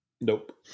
Nope